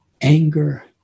anger